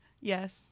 Yes